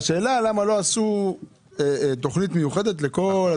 השאלה למה לא עשו תכנית מיוחדת לכל ה